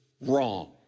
wrong